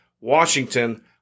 Washington